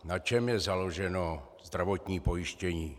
Na čem je založeno zdravotní pojištění?